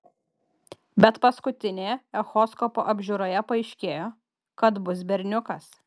bet paskutinėje echoskopo apžiūroje paaiškėjo kad bus berniukas